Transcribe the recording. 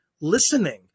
listening